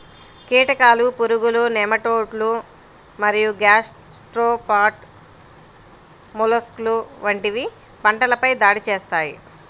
కీటకాలు, పురుగులు, నెమటోడ్లు మరియు గ్యాస్ట్రోపాడ్ మొలస్క్లు వంటివి పంటలపై దాడి చేస్తాయి